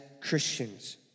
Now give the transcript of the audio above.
Christians